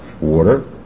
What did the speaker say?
water